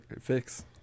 fix